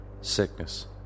Sickness